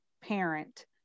parent